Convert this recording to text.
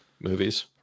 movies